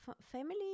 family